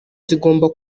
zigomba